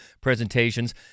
presentations